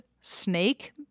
snake